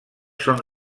són